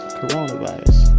Coronavirus